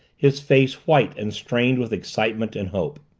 his face white and strained with excitement and hope.